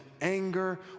anger